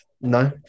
No